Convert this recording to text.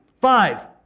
Five